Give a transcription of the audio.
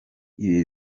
ibi